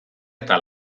eta